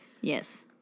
Yes